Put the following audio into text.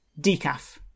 Decaf